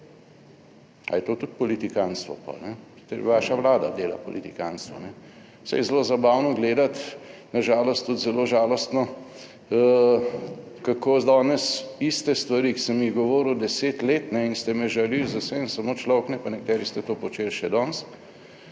Ali je to tudi politikantstvo pol, torej vaša Vlada dela politikantstvo? Saj je zelo zabavno gledati, na žalost tudi zelo žalostno, kako danes iste stvari, ki sem jih govoril deset let in ste me žalili z vsem, samo človek ne, pa nekateri ste to počeli še danes,